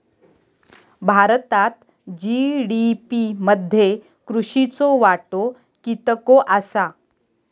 भारतात जी.डी.पी मध्ये कृषीचो वाटो कितको आसा?